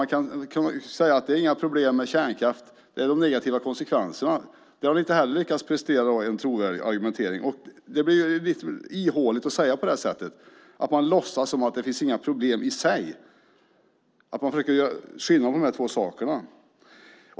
Man kan säga att det inte är några problem med kärnkraft utan med de negativa konsekvenserna. Man har alltså inte lyckats prestera en trovärdig argumentering. Det blir ihåligt att säga på det sättet. Man låtsas att det inte finns några problem i sig, och man försöker göra skillnad på de två sakerna.